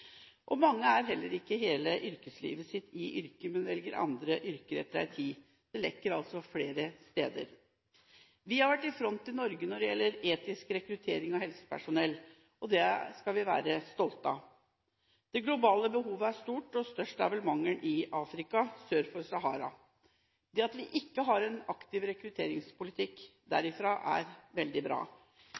hele sitt yrkesliv, men velger andre yrker etter en tid. Det lekker altså flere steder. Vi i Norge har vært i front når det gjelder etisk rekruttering av helsepersonell, og det skal vi være stolte av. Det globale behovet er stort, og størst er vel mangelen i Afrika sør for Sahara. Det at vi ikke har en aktiv rekrutteringspolitikk derfra, er veldig bra.